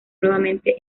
nuevamente